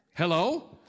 Hello